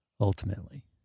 ultimately